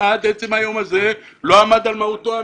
עד עצם היום הזה הביטוח הלאומי לא עמד על משמעותו האמיתית,